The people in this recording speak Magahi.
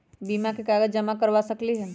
बीमा में कागज जमाकर करवा सकलीहल?